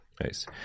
Nice